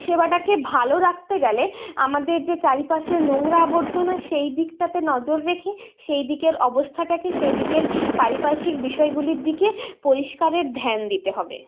সেবাটাকে ভালো রাখতে গেলে আমাদের যে চারিপাশে নোংরা আবর্জনা সেই দিকটাতে নজর রেখে সেইদিকের অবস্থাটাকে সেইদিকের পারিপার্শ্বিক বিষয়গুলির দিকে পরিষ্কারের ধ্যান দিতে হবে